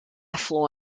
flow